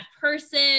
person